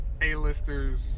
A-listers